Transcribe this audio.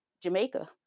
Jamaica